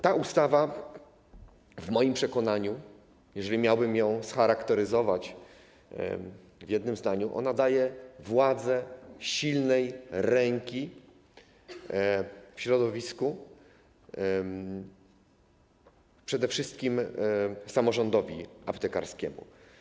Ta ustawa w moim przekonaniu, jeżeli miałbym ją scharakteryzować w jednym zdaniu, daje władzę silnej ręki w środowisku przede wszystkim samorządowi aptekarskiemu.